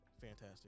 fantastic